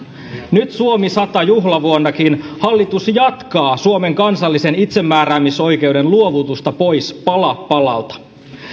nyt suomi sata juhlavuonnakin hallitus jatkaa suomen kansallisen itsemääräämisoikeuden luovutusta pois pala palalta